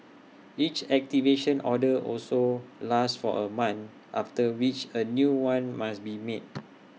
each activation order also lasts for A month after which A new one must be made